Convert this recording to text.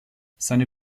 seine